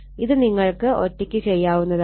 ഇത് നിങ്ങൾക്ക് ഒറ്റക്ക് ചെയാവുന്നതാണ്